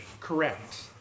Correct